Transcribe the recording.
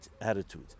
attitude